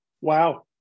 Wow